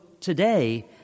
today